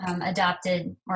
adopted